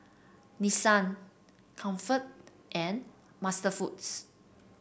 Nissan Comfort and MasterFoods